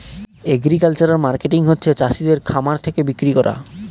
agricultural marketing হচ্ছে চাষিদের খামার থাকে বিক্রি করা